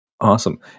Awesome